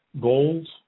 goals